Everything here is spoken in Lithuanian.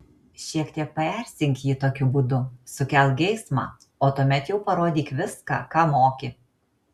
šiek tiek paerzink jį tokiu būdu sukelk geismą o tuomet jau parodyk viską ką moki